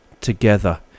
together